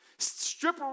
Strip